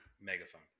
megaphone